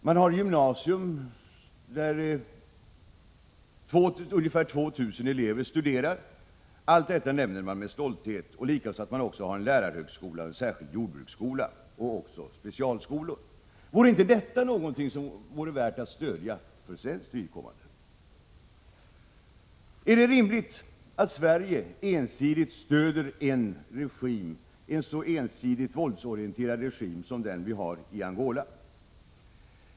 Man har en gymnasieskola där ungefär 2 000 elever studerar. Allt detta nämner man med stolthet, likaså att man har en lärarhögskola och en särskild jordbruksskola och även specialskolor. Vore detta inte värt att stödja för svenskt vidkommande? Är det rimligt att Sverige ensidigt stöder en så ensidigt våldsorienterad regim som den i Angola?